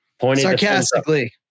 Sarcastically